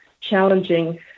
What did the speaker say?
challenging